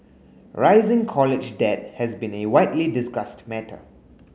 rising college debt has been a widely discussed matter